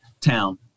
town